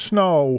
Snow